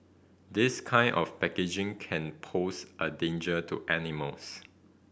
this kind of packaging can pose a danger to animals